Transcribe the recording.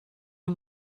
این